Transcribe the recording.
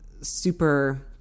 super